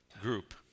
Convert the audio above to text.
group